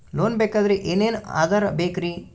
Loan ಬೇಕಾದ್ರೆ ಏನೇನು ಆಧಾರ ಬೇಕರಿ?